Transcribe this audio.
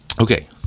Okay